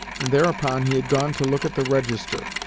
and thereupon he had gone to look at the register.